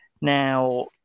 Now